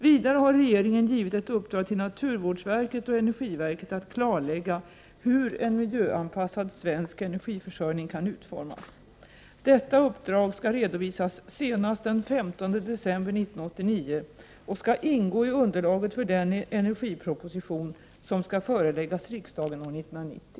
Vidare har regeringen givit ett uppdrag till naturvårdsverket och energiverket att klarlägga hur en miljöanpassad svensk energiförsörjning kan utformas. Detta uppdrag skall redovisas senast den 15 december 1989 och skall ingå i underlaget för den energiproposition som skall föreläggas riksdagen år 1990.